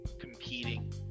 competing